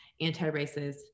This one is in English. anti-racist